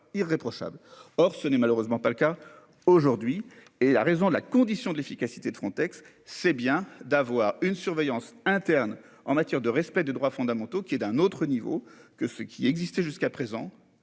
Or ce n'est malheureusement pas le cas aujourd'hui et la raison de la condition de l'efficacité de Frontex. C'est bien d'avoir une surveillance interne en matière de respect des droits fondamentaux qui est d'un autre niveau que ce qui existait jusqu'à présent